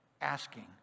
asking